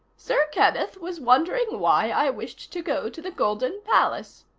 sir kenneth was wondering why i wished to go to the golden palace,